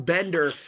Bender